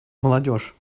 молодежь